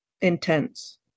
intense